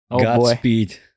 Godspeed